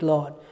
Lord